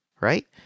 right